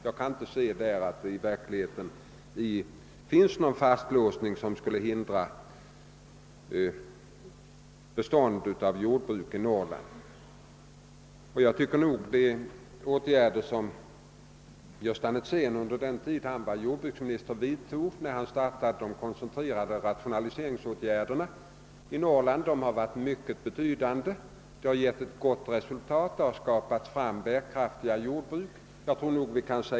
Jag kan inte se att där finns någon fastlåsning som hindrar jordbrukets utveckling i Norrland. De åtgärder som Gösta Netzén under sin tid som jordbruksminister vidtog när han startade de kontrollerade rationaliseringsåtgärderna i Norrland har varit av stor betydelse, och de har givit ett gott resultat och skapat bärkraftiga jordbruk.